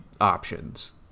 options